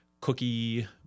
cookie